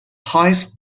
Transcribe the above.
highest